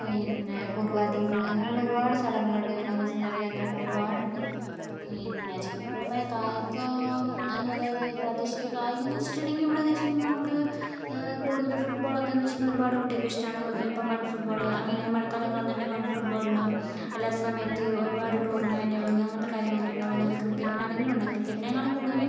പിന്നെ കുറുവ ദ്വീപ് അങ്ങനെയുള്ള ഒരുപാടുണ്ട് സ്ഥലങ്ങളുണ്ട് വിനോദ സഞ്ചാര കേന്ദ്രങ്ങൾ ഒരുപാടുണ്ട് പിന്നെ ജനപ്രിയമായ കായികോംന്ന് അതായത് പ്രാദേശിക കായികം എന്ന് വെച്ചിട്ടുണ്ടെങ്കിൽ ഇവിടെന്ന് വെച്ചിട്ടുണ്ടെങ്കിൽ നമുക്ക് ഏ കൂടുതൽ ഫുട്ബോളൊക്കേന്ന് വെച്ചിട്ടുണ്ടെങ്കിൽ ഒരുപാട് കുട്ടികൾക്ക് ഇഷ്ടമാണ് ഇപ്പോൾ മഡ് ഫുട്ബോള് അങ്ങനെ മഴക്കാലൊക്കെ വന്നിണ്ടേൽ മുഡ് ഫുട്ബോൾ ഉണ്ടാകും അല്ലാത്ത സമയത്ത് ഒരുപാട് ടൂർണമെൻ്റുകളൊക്കെ അങ്ങനത്തെ കാര്യങ്ങളൊക്കെ ഉണ്ടാകും അതുപോലെ ക്രിക്കറ്റിന് ആണെങ്കിലും ഉണ്ടാകും ക്രിക്കറ്റിനേക്കാളും കൂടുതലും